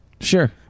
Sure